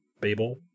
Babel